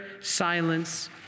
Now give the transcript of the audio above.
silence